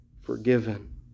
forgiven